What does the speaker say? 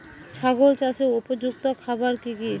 ছাগল চাষের উপযুক্ত খাবার কি কি?